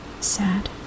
Sad